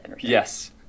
yes